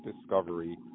Discovery